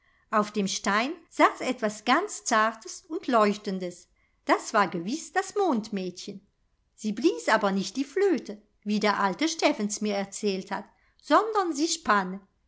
auf dem stein saß etwas ganz zartes und leuchtendes das war gewiß das mondmädchen sie blies aber nicht die flöte wie der alte steffens mir erzählt hat sondern sie